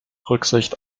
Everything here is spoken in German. rücksicht